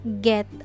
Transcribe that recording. get